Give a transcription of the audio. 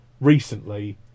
recently